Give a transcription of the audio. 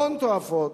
הון תועפות,